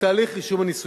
בתהליך רישום הנישואים.